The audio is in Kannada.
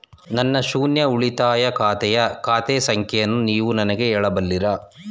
ನನ್ನ ಶೂನ್ಯ ಉಳಿತಾಯ ಖಾತೆಯ ಖಾತೆ ಸಂಖ್ಯೆಯನ್ನು ನೀವು ನನಗೆ ಹೇಳಬಲ್ಲಿರಾ?